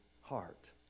heart